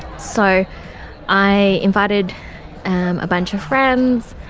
so i invited um a bunch of friends,